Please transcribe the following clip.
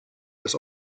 des